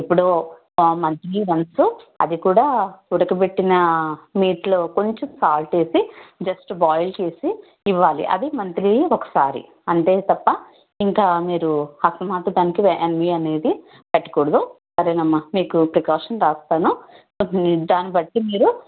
ఇప్పుడు monthly once అది కూడా ఉడకబెట్టిన నీటిలో కొంచెం సాల్ట్ వేసి జస్ట్ బాయిల్ చేసి ఇవ్వాలి అదీ మంత్లీ ఒకసారి అంతే తప్ప ఇంక మీరు అస్తమానం దానికి ఎన్వి అనేది పెట్టకూడదు సరేనమ్మా మీకు ప్రికాషన్స్ రాస్తాను దాన్ని బట్టి మీరు